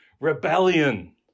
rebellion